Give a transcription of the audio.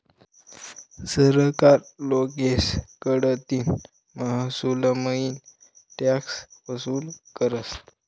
सरकार लोकेस कडतीन महसूलमईन टॅक्स वसूल करस